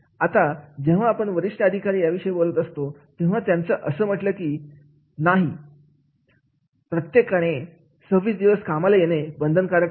आता जेव्हा आपण वरिष्ठ अधिकारी या विषयी बोलत असतो तेव्हा त्यांचं असं म्हणलं की नाही प्रत्येकाने सव्वीस दिवस कामाला येणे बंधनकारक आहे